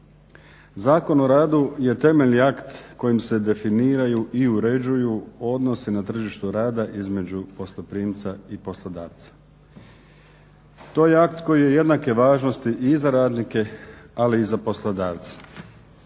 Zakon o radu je temeljni akt kojim se definiraju i uređuju odnosi na tržištu rada između posloprimca i poslodavca. To je akt koji je od jednake važnosti i za radnike, ali i za poslodavce